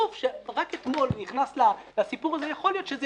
אבל גוף שרק אתמול נכנס לסיפור הזה יכול להיות שזה